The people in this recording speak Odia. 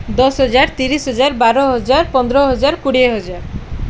ଦଶ ହଜାର ତିରିଶ ହଜାର ବାର ହଜାର ପନ୍ଦର ହଜାର କୋଡ଼ିଏ ହଜାର